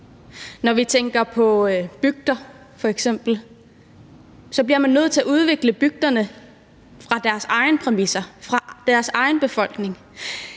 Hvis vi tænker på bygder f.eks., bliver man nødt til at udvikle bygderne på deres egne præmisser, for deres egen befolkning.